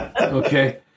Okay